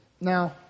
Now